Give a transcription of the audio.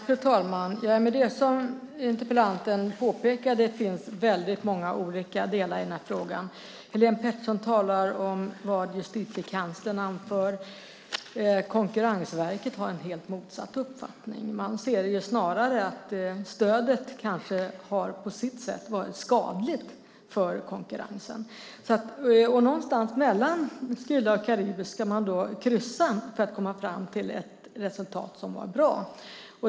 Fru talman! Som interpellanten påpekade finns det många olika delar i den här frågan. Helene Petersson talar om vad Justitiekanslern anför. Konkurrensverket har helt motsatt uppfattning. Där ser man snarare att stödet på sitt sätt kanske har varit skadligt för konkurrensen. Någonstans mellan Skylla och Karybdis ska man alltså kryssa för att komma fram till ett resultat som är bra.